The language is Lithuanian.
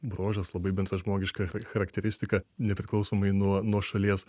bruožas labai bendražmogiška charakteristika nepriklausomai nuo nuo šalies